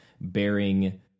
bearing